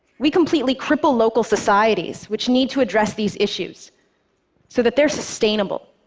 we completely cripple local societies which need to address these issues so that they're sustainable.